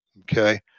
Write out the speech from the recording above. okay